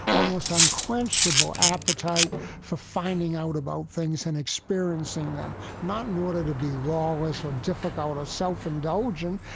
almost unquenchable appetite for finding out about things and experiencing them. not in order to be lawless or difficult or self-indulgent,